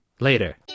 Later